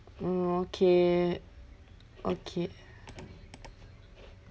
mm okay okay